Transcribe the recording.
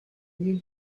you